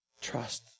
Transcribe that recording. Trust